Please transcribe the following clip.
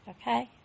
Okay